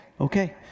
okay